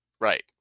Right